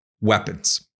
weapons